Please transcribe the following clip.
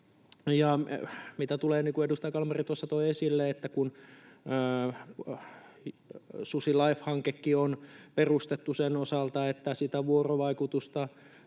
Mitä tulee — niin kuin edustaja Kalmari tuossa toi esille — siihen, että kun SusiLIFE-hankekin on perustettu sen osalta, että sitä vuorovaikutusta